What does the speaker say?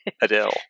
Adele